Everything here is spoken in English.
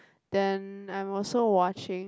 then I am also watching